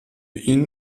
ihn